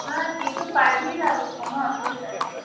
হ্যাঁ কিছু পাঠিয়ে দাও কোনো অসুবিধা নেই